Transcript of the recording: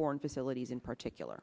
foreign facilities in particular